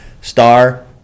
star